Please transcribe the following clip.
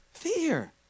Fear